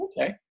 okay